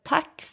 Tack